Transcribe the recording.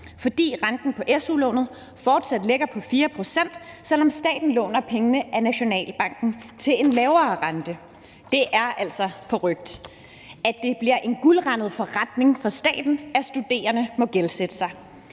fordi renten på su-lånet fortsat ligger på 4 pct., selv om staten låner pengene af Nationalbanken til en lavere rente. Det er altså forrykt, at det bliver en guldrandet forretning for staten, at studerende må gældsætte sig.